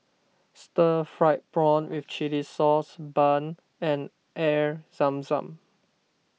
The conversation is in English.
Stir Fried Prawn with Chili Sauce Bun and Air Zam Zam